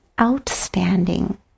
outstanding